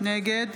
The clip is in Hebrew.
נגד